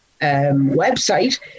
website